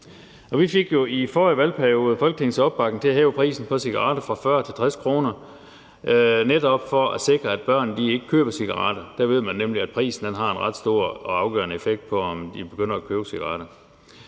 i forrige valgperiode Folketingets opbakning til at hæve prisen på cigaretter fra 40 kr. til 60 kr., netop for at sikre, at børn ikke køber cigaretter. Der ved man nemlig, at prisen har en ret stor og afgørende effekt, i forhold til om de begynder at købe cigaretter.